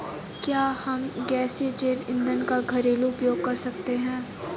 क्या हम गैसीय जैव ईंधन का घरेलू उपयोग कर सकते हैं?